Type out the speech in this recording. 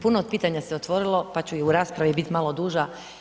Puno pitanja se otvorilo, pa ću i u raspravi bit malo duža.